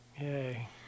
Yay